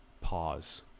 pause